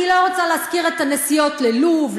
אני לא רוצה להזכיר את הנסיעות ללוב,